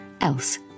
else